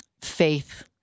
faith